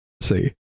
see